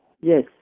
Yes